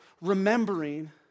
remembering